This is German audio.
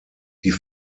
die